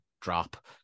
drop